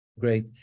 Great